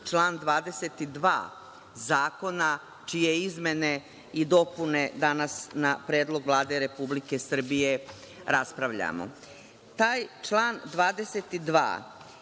član 22. zakona čije izmene i dopune danas na predlog Vlade Republike Srbije raspravljamo. Taj član 22.